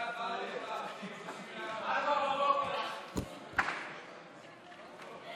חבר הכנסת ניר אורבך, אני